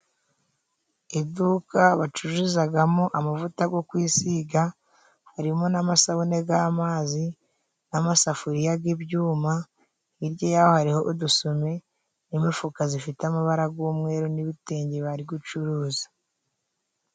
Iduka bacuruzagamo amavuta gwo kwisiga harimo n'amasabune g'amazi n'amasafuriya g'ibyuma, hijya yaho hariho udusume n'imifuka zifite amabara gw'umweruru n'ibitenge bari gucuruza.